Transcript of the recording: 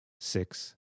six